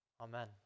Amen